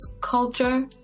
culture